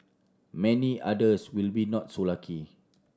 many others will be not so lucky